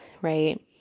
right